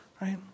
right